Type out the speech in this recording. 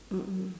mm mm